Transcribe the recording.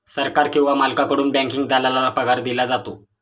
सरकार किंवा मालकाकडून बँकिंग दलालाला पगार दिला जातो